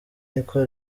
niko